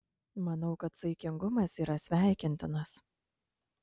manau kad saikingumas yra sveikintinas